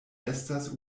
estas